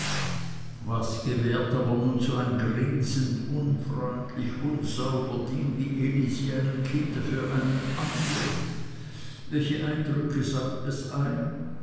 was gewährt aber nun so ein grinsend unfreundlich unsauber ding wie elisi einem kinde für einen anblick welche eindrücke saugt es ein